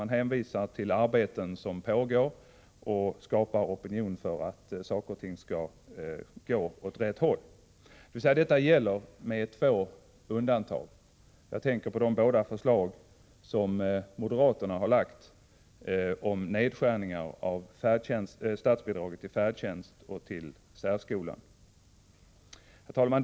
Man hänvisar till arbeten som pågår och skapar opinion för att saker och ting skall gå åt rätt håll. Detta gäller med två undantag. Jag tänker på de förslag som moderaterna har lagt fram om nedskärningar av statsbidragen till färdtjänsten och till särskolan. Herr talman!